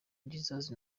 jesus